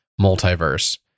multiverse